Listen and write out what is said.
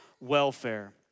welfare